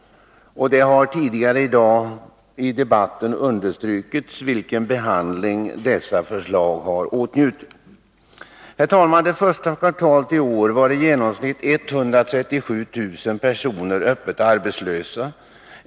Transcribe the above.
Tidigare i debatten i dag har det understrukits vilken behandling dessa förslag har rönt. Herr talman! Det första kvartalet i år var i genomsnitt 137 000 personer öppet arbetslösa.